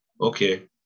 okay